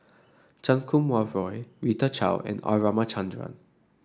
Chan Kum Wah Roy Rita Chao and R Ramachandran